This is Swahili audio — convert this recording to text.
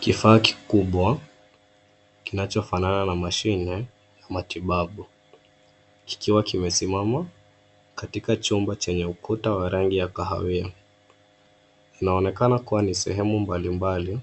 Kifaa kikubwa kinachofanana na mashine ya matibabu kikiwa kimesimama katika jumba chenye ukuta wa rangi ya kahawia. Inaonekana kuwa ni sehemu mbalimbali